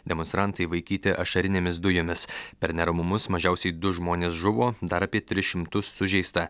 demonstrantai vaikyti ašarinėmis dujomis per neramumus mažiausiai du žmonės žuvo dar apie tris šimtus sužeista